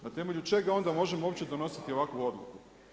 Na temelju čega onda možemo uopće donositi ovakvu odluku?